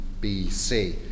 BC